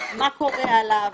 מה קורה עליו,